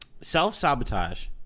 self-sabotage